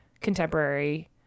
contemporary